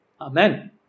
Amen